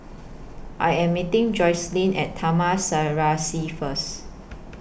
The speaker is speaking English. I Am meeting Joycelyn At Taman Serasi First